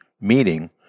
meeting